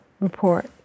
report